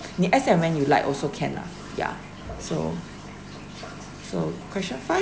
as and when you like also can lah ya so so question five